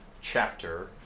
chapter